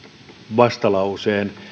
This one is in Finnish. vastalauseen